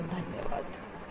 बहुत बहुत धन्यवाद